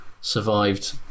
survived